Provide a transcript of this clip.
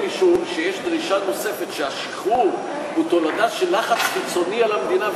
משום שיש דרישה נוספת שהשחרור הוא תולדה של לחץ חיצוני על המדינה,